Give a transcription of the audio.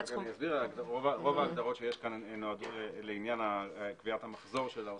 רוב ההגדרות שיש כאן נועדו לעניין קביעת המחזור של העוסק.